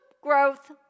growth